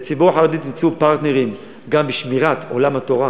את הציבור החרדי תמצאו פרטנרים גם בשמירת עולם התורה,